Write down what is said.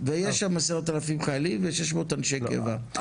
ויש שם 10,000 חיילים ו-600 אנשי קבע.